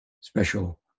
special